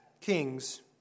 kings